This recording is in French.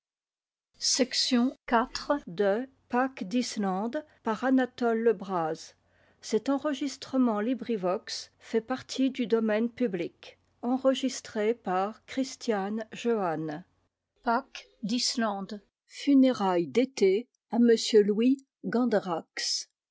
d'ete funérailles d'été a m